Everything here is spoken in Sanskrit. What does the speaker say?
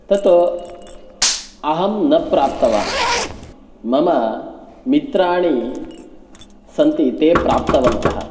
तत् अहं न प्राप्तवान् मम मित्राणि सन्ति ते प्राप्तवन्तः